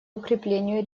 укреплению